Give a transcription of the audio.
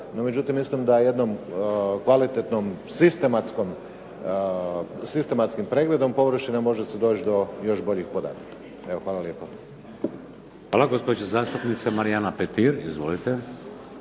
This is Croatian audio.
međutim, mislim da jednim kvalitetnim sistematskim pregledom površine može se doći do još boljih podataka. Hvala lijepo. **Šeks, Vladimir (HDZ)** Hvala. Gospođa zastupnica Marijana Petir. Izvolite.